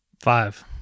five